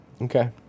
Okay